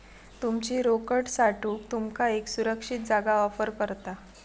तुमची रोकड साठवूक तुमका एक सुरक्षित जागा ऑफर करता